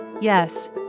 Yes